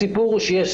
הסיפור הוא שיש